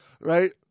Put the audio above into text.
Right